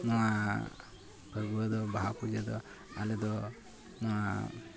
ᱱᱚᱣᱟ ᱯᱷᱟᱹᱜᱩᱣᱟᱹ ᱫᱚ ᱵᱟᱦᱟ ᱯᱩᱡᱟᱹᱫᱚ ᱟᱞᱮᱫᱚ ᱱᱚᱣᱟ